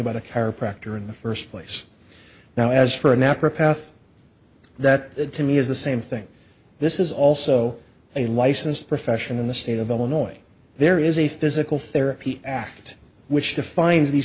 about a chiropractor in the first place now as for a nap or a path that that to me is the same thing this is also a licensed profession in the state of illinois there is a physical therapy act which defines these